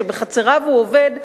שבחצרו הוא עובד,